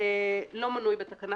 לא מנוי בתקנה.